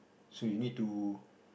so you need to